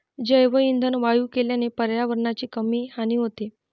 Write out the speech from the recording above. जैवइंधन वायू केल्याने पर्यावरणाची कमी हानी होते